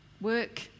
Work